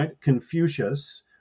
Confucius